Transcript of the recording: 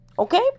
Okay